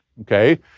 okay